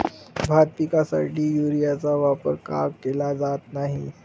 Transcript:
भात पिकासाठी युरियाचा वापर का केला जात नाही?